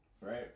right